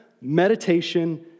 meditation